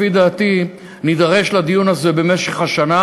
לפי דעתי, נידרש לדיון הזה במשך השנה,